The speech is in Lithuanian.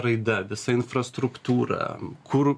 raida visa infrastruktūra kur